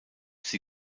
sie